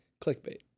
Clickbait